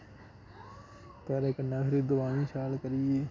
पैरें कन्नै दबानी शैल करियै